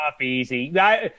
easy